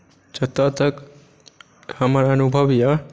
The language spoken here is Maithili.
जतऽ तक हमर अनुभव अइ